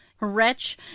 Wretch